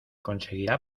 conseguirá